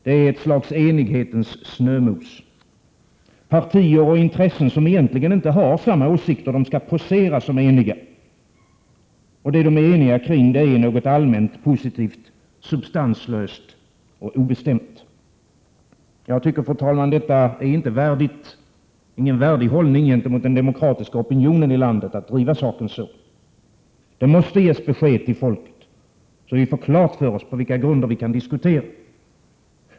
Det är ett slags enighetens snömos. Partier och intressen som egentligen inte har samma åsikter skall posera som eniga. Och det som de är eniga kring är något allmänt positivt, substanslöst och obestämt. Det är, tycker jag, inte någon värdig hållning gentemot den demokratiska opinionen i landet att driva saken så. Det måste ges besked till folket, så att vi får klart för oss på vilka grunder vi kan diskutera.